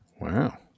Wow